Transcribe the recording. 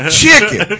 chicken